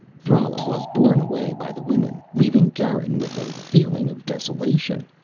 thrala was borne away by the women, leaving garin with a feeling of desolation.